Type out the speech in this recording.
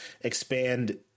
expand